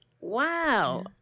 Wow